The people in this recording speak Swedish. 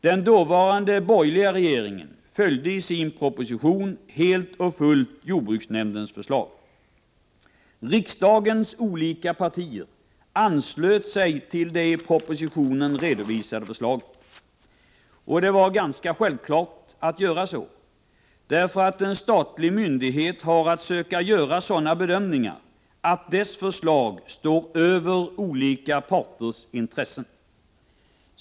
Den dåvarande borgerliga regeringen följde i sin proposition helt och fullt jordbruksnämndens förslag. Riksdagens olika partier anslöt sig då till det i propositionen redovisade förslaget. Det var ganska självklart att göra så, därför att en statlig myndighet har att söka göra sådana bedömningar att dess förslag står över olika parters intressen.